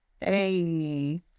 Hey